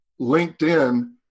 LinkedIn